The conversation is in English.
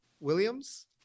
Williams